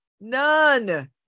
None